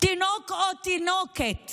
תינוק או תינוקת